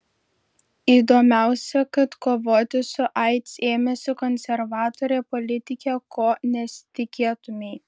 įdomiausia kad kovoti su aids ėmėsi konservatorė politikė ko nesitikėtumei